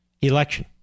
Election